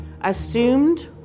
assumed